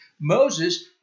Moses